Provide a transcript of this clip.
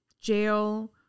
jail